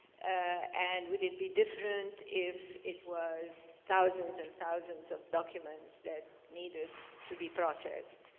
and would it be different if it was thousands and thousands of documents that needed to be processed?